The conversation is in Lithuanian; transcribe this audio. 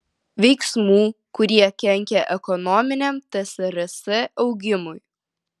veiksmų kurie kenkia ekonominiam tsrs augimui